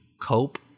cope